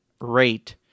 rate